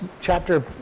chapter